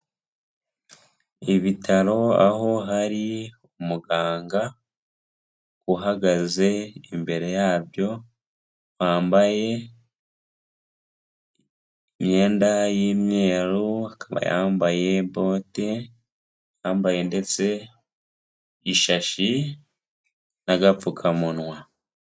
Ibitaro aho hari umuganga, uhagaze imbere yabyo, wambaye imyenda y'imyeru, akaba yambaye bote, yambaye ndetse, ishashi, nagapfukamunwa.